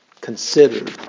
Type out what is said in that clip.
considered